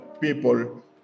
people